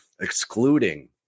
excluding